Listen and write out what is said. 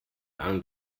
ahnung